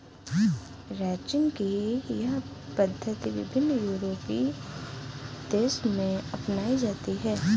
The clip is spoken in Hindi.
रैंचिंग की यह पद्धति विभिन्न यूरोपीय देशों में अपनाई जाती है